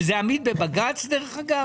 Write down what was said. זה עמיד בבג"ץ, דרך אגב?